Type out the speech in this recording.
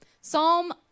Psalm